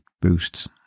boosts